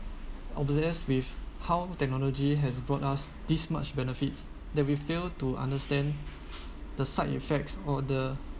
obsessed with how technology has brought us this much benefits that we fail to understand the side effects or the